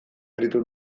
aritu